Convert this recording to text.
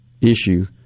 issue